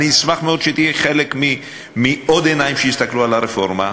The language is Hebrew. אני אשמח מאוד שתהיי חלק מעוד עיניים שיסתכלו על הרפורמה,